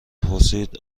پرسید